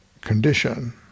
condition